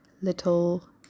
little